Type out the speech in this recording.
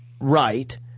right